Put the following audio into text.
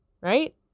Right